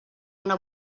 una